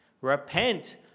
Repent